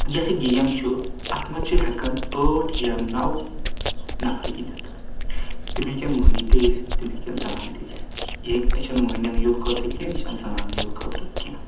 یوٚس یہ گیم چھُ اتھ منٛز چھِ ہؠکن ٲٹھۍ یا نَو نَفری گنٛدِتھ تِم ہیٚکن مٔہنی تہِ ٲسِتھ تِم ہیٚکن زنان تہِ ٲسِتھ یہِ ہیٚکہِ یہِ چھَ نہٕ مٔہنیَنی یوت خٲطرٕ کینٛہہ یہِ چھَ نہٕ زنان نےٕ یوت خٲطرٕ کینٛہہ